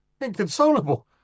Inconsolable